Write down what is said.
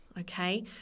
okay